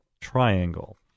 triangle